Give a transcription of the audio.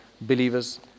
believers